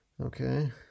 okay